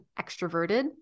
extroverted